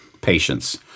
patience